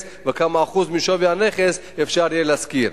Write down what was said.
וכמה אחוז משווי הנכס אפשר יהיה להשכיר.